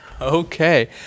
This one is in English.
Okay